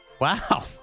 Wow